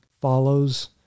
follows